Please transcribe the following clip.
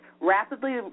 rapidly